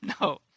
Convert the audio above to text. No